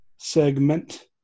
segment